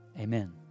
Amen